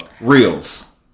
reels